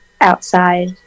outside